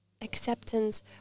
Acceptance